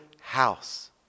house